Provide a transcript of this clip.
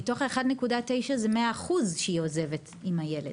מתוך ה-1.9% זה כ-100% שהיא עוזבת עם הילד,